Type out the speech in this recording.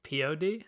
POD